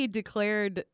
declared